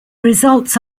results